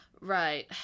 Right